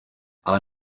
ale